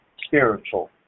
spiritual